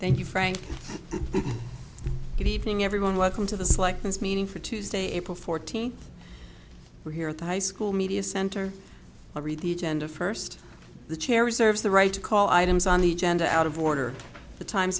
thank you frank good evening everyone welcome to the slackness meaning for tuesday april fourteenth we're here at the high school media center i'll read the agenda first the chair reserves the right to call items on the agenda out of order the times